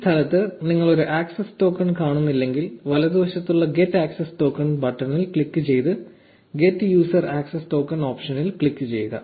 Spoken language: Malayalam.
ഈ സ്ഥലത്ത് നിങ്ങൾ ഒരു ആക്സസ് ടോക്കൺ കാണുന്നില്ലെങ്കിൽ വലതുവശത്തുള്ള ഗെറ്റ് ആക്സസ് ടോക്കൺ ബട്ടണിൽ ക്ലിക്ക് ചെയ്ത് ഗെറ്റ് യൂസർ ആക്സസ് ടോക്കൺ ഓപ്ഷനിൽ ക്ലിക്ക് ചെയ്യുക